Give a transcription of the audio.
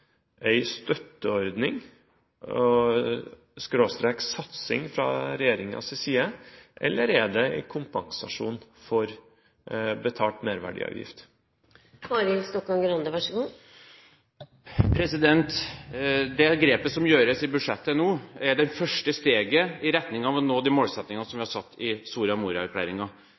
fra regjeringens side, eller er det en kompensasjon for betalt merverdiavgift? Det grepet som gjøres i budsjettet nå, er det første steget i retning av å nå de målsettingene som vi har i Soria